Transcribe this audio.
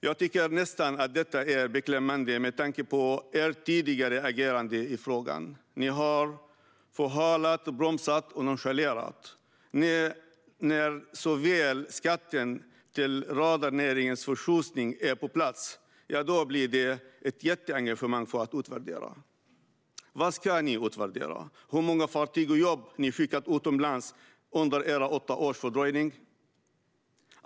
Jag tycker nästan att detta är beklämmande med tanke på ert tidigare agerande i frågan. Ni i Alliansen har förhalat, bromsat och nonchalerat, och när skatten, till redarnäringens förtjusning, väl är på plats blir det ett jätteengagemang för att utvärdera. Vad ska ni utvärdera - hur många fartyg och jobb ni skickat utomlands under era åtta års fördröjning?